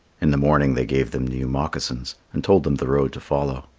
in the morning they gave them new moccasins, and told them the road to follow.